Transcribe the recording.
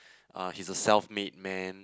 uh he is a self made man